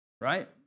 Right